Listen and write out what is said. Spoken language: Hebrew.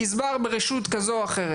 הגזבר ברשות כזו או אחרת.